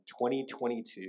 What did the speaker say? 2022